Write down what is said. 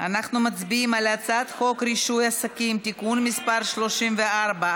אנחנו מצביעים על הצעת חוק רישוי עסקים (תיקון מס' 34),